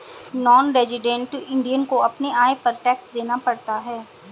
non resident Indian को अपने आय पर टैक्स देना पड़ता है